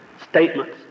statements